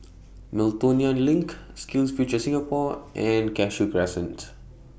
Miltonia LINK SkillsFuture Singapore and Cashew Crescent